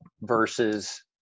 versus